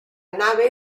nave